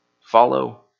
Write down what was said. Follow